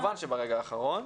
כמובן שברגע האחרון.